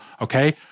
okay